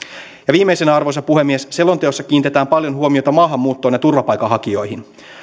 viimeisenä arvoisa puhemies selonteossa kiinnitetään paljon huomiota maahanmuuttoon ja turvapaikanhakijoihin